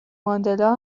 ماندلا